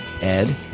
Ed